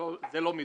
זה לא מדויק.